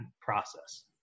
process